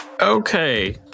Okay